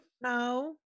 No